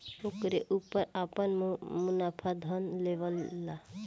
ओकरे ऊपर आपन मुनाफा ध लेवेला लो